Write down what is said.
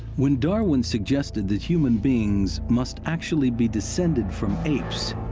when darwin suggested that human beings must actually be descended from apes,